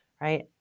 right